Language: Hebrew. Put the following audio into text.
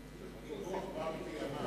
בר-קיימא.